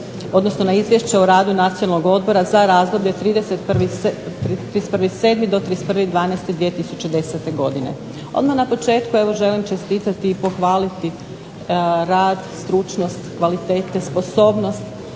osvrnuti na Izvješće o radu Nacionalnog odbora za razdoblje od 31. 7. do 31. 12. 2010. godine. Odmah na početku želim čestitati i pohvaliti rad, stručnost, kvalitete, sposobnost,